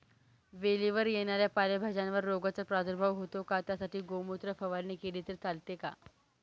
वेलीवर येणाऱ्या पालेभाज्यांवर रोगाचा प्रादुर्भाव होतो का? त्यासाठी गोमूत्र फवारणी केली तर चालते का?